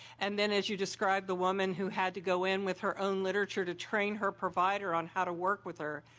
and then as you describe the woman who had to go in with her own literature to train her provide or how to work with her,